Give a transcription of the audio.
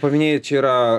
paminėjai čia yra